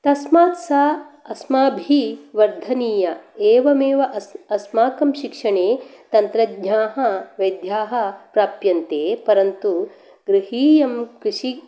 तस्मात् सा अस्माभिः वर्धनीया एवमेव अस् अस्माकं शिक्षणे तन्त्रज्ञाः वैद्याः प्राप्यन्ते परन्तु गृहीयं कृषि